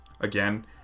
again